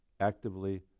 Actively